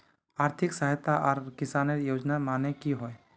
आर्थिक सहायता आर किसानेर योजना माने की होय?